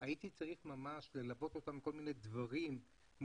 הייתי צריך ממש ללוות אותם בכל מיני דברים מול